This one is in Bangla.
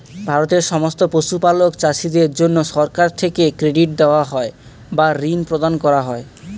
ভারতের সমস্ত পশুপালক চাষীদের জন্যে সরকার থেকে ক্রেডিট দেওয়া হয় বা ঋণ প্রদান করা হয়